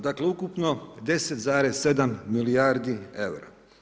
Dakle, ukupno 10,7 milijardi eura.